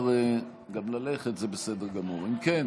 אם כן,